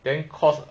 then cause